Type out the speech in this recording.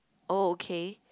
oh okay